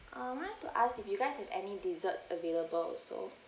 uh I would like to ask if you guys have any desserts available also